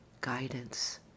guidance